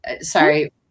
Sorry